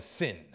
sin